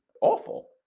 Awful